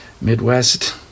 Midwest